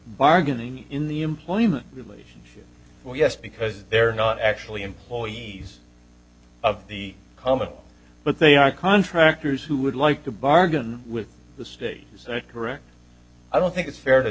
bargaining in the employment relationship well yes because they're not actually employees of the common but they are contractors who would like to bargain with the state is that correct i don't think it's fair to